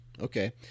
okay